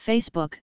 Facebook